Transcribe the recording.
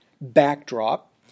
backdrop